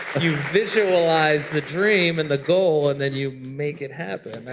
you visualize the dream and the goal and then you make it happen.